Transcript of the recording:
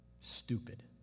stupid